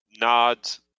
nods